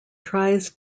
tries